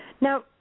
Now